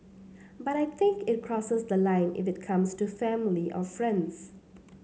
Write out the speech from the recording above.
but I think it crosses the line if it comes to family or friends